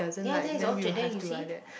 ya that is all Cheddar you see